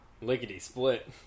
Lickety-split